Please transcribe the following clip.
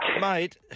Mate